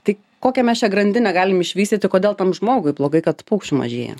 tai kokią mes čią grandinę galim išvystyti kodėl tam žmogui blogai kad tų paukščių mažėja